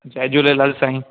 जय झूलेलाल साईं